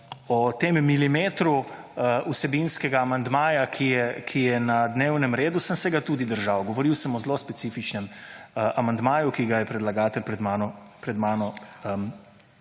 o tem milimetru vsebinskega amandmaja, ki je na dnevnem redu sem se ga tudi držal. Govorim sem o zelo specifičnem amandmaju, ki ga je predlagatelj pred menoj